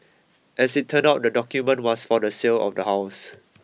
as it turned out the document was for the sale of the house